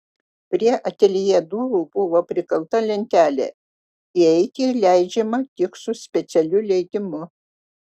prie ateljė durų buvo prikalta lentelė įeiti leidžiama tik su specialiu leidimu